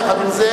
יחד עם זה,